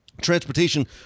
transportation